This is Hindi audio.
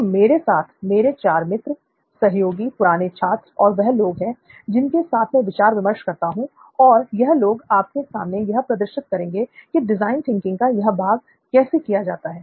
तो मेरे साथ मेरे 4 मित्र सहयोगी पुराने छात्र और वह लोग हैं जिनके साथ में विचार विमर्श करता हूं और यह लोग आपके सामने यह प्रदर्शित करेंगे की डिज़ाइन थिंकिंग का यह भाग कैसे किया जाता है